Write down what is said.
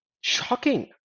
shocking